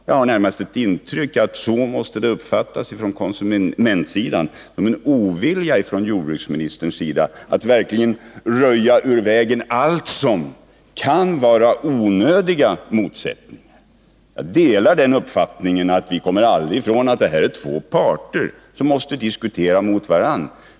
Jag har närmast ett intryck av att det från konsumentsidan måste uppfattas som en ovilja från jordbruksministerns sida att verkligen röja ur vägen allt som kan vara onödiga motsättningar. Jag delar uppfattningen att vi aldrig kommer ifrån att det här är två parter som måste diskutera mot varandra.